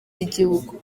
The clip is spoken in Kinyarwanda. y’igihugu